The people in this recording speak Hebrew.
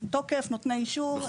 מה התוקף ונותני אישור.